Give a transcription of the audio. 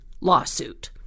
lawsuit